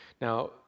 Now